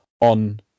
on